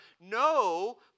No